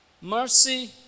Mercy